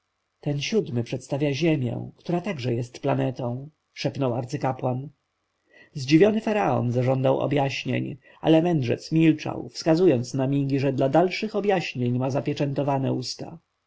ten siódmy przedstawia ziemię która także jest planetą szepnął arcykapłan zdziwiony faraon zażądał objaśnień ale mędrzec milczał wskazując na migi że dla dalszych objaśnień ma zapieczętowane usta